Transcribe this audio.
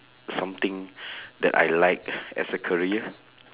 something that I like as a career